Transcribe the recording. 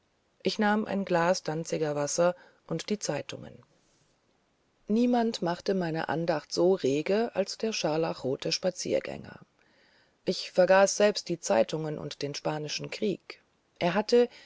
ich nahm ein glas danzigerwasser und die zeitungen niemand machte meine andacht so rege als der scharlachrote spaziergänger ich vergaß selbst die zeitungen und den spanischen krieg er hatte